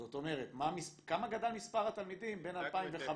זאת אומרת כמה גדל מספר התלמידים בין 2015 --- הצגנו את זה.